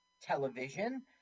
television